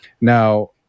Now